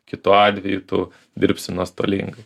kitu atveju tu dirbsi nuostolingai